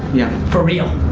yeah. for real.